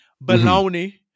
bologna